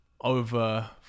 over